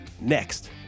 Next